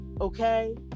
Okay